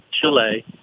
Chile